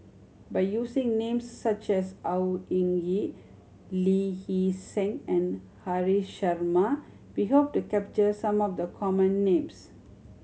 by using names such as Au Hing Yee Lee Hee Seng and Haresh Sharma we hope to capture some of the common names